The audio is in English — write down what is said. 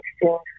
exchange